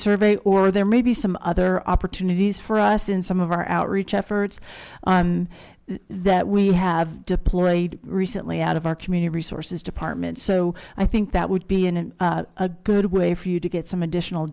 survey or there may be some other opportunities for us in some of our outreach efforts on that we have deployed recently out of our community resources department so i think that would be in a good way for you to get some additional